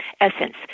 essence